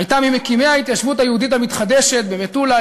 הייתה ממקימי ההתיישבות היהודית המתחדשת במטולה,